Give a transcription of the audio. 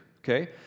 Okay